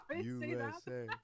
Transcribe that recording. USA